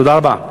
תודה רבה.